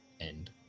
End